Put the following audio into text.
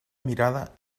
mirada